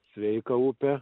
sveika upė